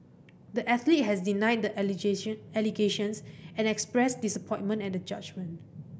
the athlete has denied the allegations and expressed disappointment at the judgment